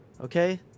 Okay